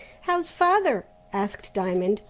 how's father? asked diamond,